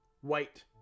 white